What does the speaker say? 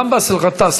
גם באסל גטאס,